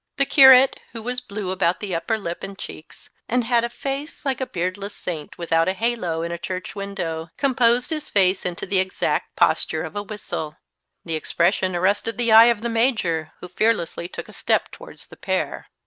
the curate, who was blue about the upper-lip and cheeks, and had a face like a beardless saint without a halo in a church window, composed his face into the exact posture of a whistle the expression arrested the eye of the major, who fearlessly took a step towards the pair.